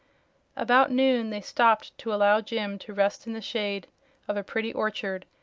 about noon they stopped to allow jim to rest in the shade of a pretty orchard,